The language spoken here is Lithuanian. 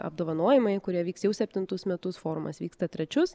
apdovanojimai kurie vyks jau septintus metus forumas vyksta trečius